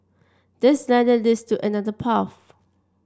this ladder leads to another path